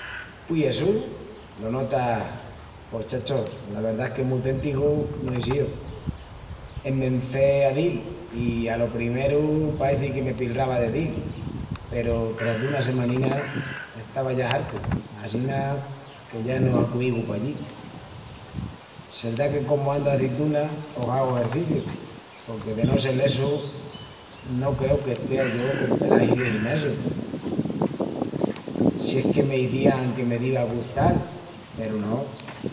"Pui essu? Lo notas? Pos, chacho, la verdá es que mu téntigu no ei síu. EsmenCé a dil i,alo primeru paeci que me pilrava de dil. Peru tras dunas semaninas estava ya hartu assina que ya no acuigu pallí. Sedrá que comu andu a azitunas pos hagu exerciciu porque de no sel essu no creu que estea yo con pelagi de ginasiu. Sí es que m'izían que me diva a gustal peru no...